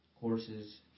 courses